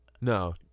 No